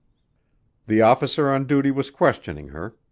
the officer on duty was questioning her.